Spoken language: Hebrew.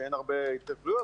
שאין הרבה התכנסויות,